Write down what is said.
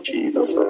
Jesus